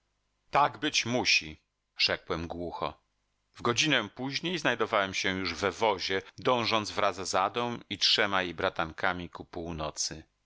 tak być musi rzekłem głucho w godzinę później znajdowałem się już we wozie dążąc wraz z adą i trzema jej bratankami ku północy